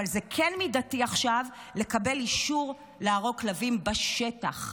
אבל זה כן מידתי עכשיו לקבל אישור להרוג כלבים בשטח.